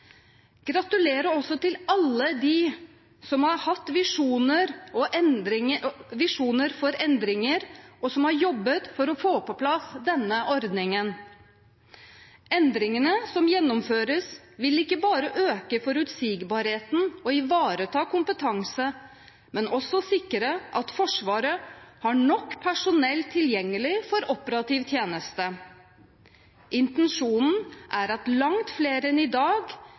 Gratulerer også til alle dem som har hatt visjoner for endringer, og som har jobbet for å få på plass denne ordningen. Endringene som gjennomføres, vil ikke bare øke forutsigbarheten og ivareta kompetanse, men også sikre at Forsvaret har nok personell tilgjengelig for operativ tjeneste. Intensjonen er at langt flere enn i dag